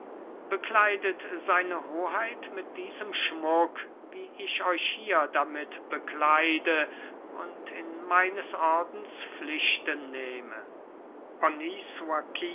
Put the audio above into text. bekleidet seine hoheit mit diesem schmuck wie ich euch hier damit bekleide und in meines ordens pflichten nehme